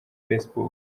facebook